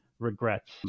regrets